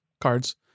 cards